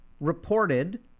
reported